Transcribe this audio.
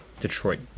detroit